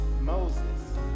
Moses